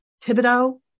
Thibodeau